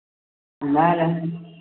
नहि नहि